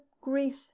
grief